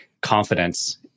confidence